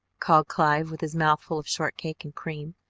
called clive with his mouth full of shortcake and cream,